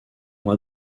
ont